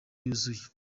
yuzuye